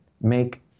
make